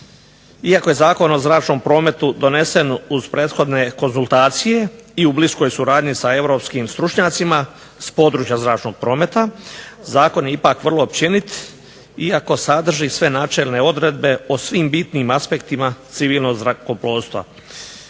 Iako je Zakon o zračnom prometu donesen uz prethodne konzultacije i u bliskoj suradnji sa europskim stručnjacima s područja zračnog prometa zakon je ipak vrlo općenit iako sadrži sve načelne odredbe o svim bitnim aspektima civilnog zrakoplovstva.